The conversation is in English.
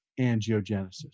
angiogenesis